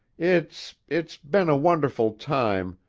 it's it's been a wonderful time,